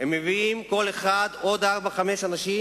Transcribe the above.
הם מביאים, כל אחד, עוד ארבעה-חמישה אנשים